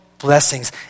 blessings